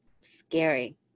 Scary